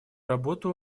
работу